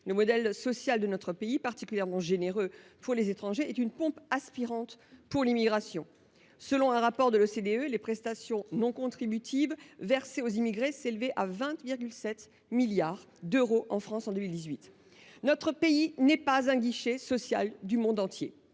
Le modèle social de notre pays, particulièrement généreux pour les étrangers, est une pompe aspirante pour l’immigration. Selon un rapport de l’OCDE, les prestations non contributives versées aux immigrés s’élevaient à 20,7 milliards d’euros en France en 2018. Notre pays ne peut pas être le guichet social du monde entier.